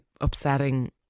upsetting